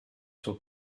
suo